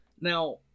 Now